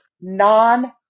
non